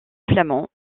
flamand